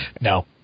no